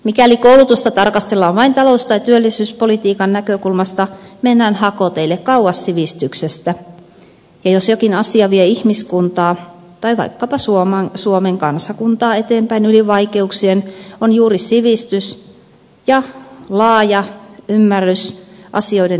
mikäli koulutusta tarkastellaan vain talous tai työllisyyspolitiikan näkökulmasta mennään hakoteille kauas sivistyksestä ja jos jokin asia vie ihmiskuntaa tai vaikkapa suomen kansakuntaa eteenpäin yli vaikeuksien se on juuri sivistys ja laaja ymmärrys asioiden yhteyksistä